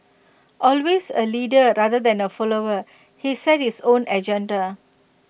all the ways A leader rather than A follower he set his own agenda